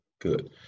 Good